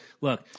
look